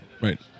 Right